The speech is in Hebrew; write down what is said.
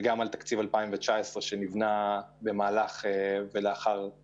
וגם על תקציב 2019 שנבנה במהלך הביקורת.